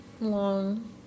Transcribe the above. long